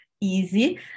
easy